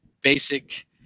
basic